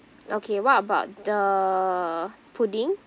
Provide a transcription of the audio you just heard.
okay what about the pudding